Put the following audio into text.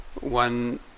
one